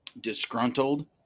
disgruntled